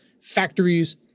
factories